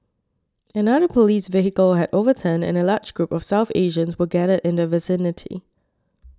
another police vehicle had overturned and a large group of South Asians were gathered in the vicinity